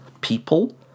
people